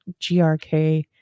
GRK